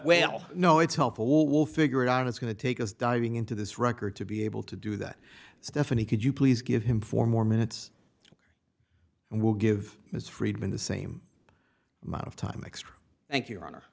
well no it's helpful we'll figure it out it's going to take us diving into this record to be able to do that stephanie could you please give him four more minutes and we'll give ms friedman the same amount of time extra thank you